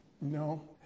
no